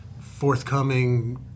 forthcoming